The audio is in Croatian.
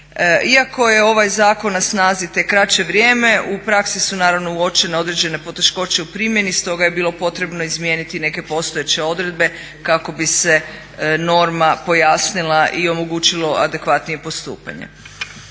Iako je ovaj zakon na snazi tek kraće vrijeme u praksi su naravno uočene određene poteškoće u primjeni stoga je bilo potrebno izmijeniti neke postojeće odredbe kako bi se norma pojasnila i omogućilo adekvatnije postupanje.